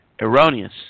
erroneous